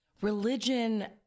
religion